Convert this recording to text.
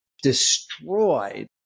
destroyed